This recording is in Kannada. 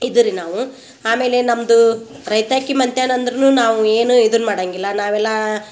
ಇದರೀ ನಾವು ಆಮೇಲೆ ನಮ್ಮದು ರೈತಾಕಿ ಮತ್ಯಾನಂದರೂನು ನಾವು ಏನು ಇದನ್ನ ಮಾಡಂಗಿಲ್ಲ ನಾವೆಲ್ಲ